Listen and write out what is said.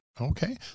Okay